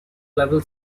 level